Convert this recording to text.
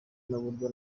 n’uburyo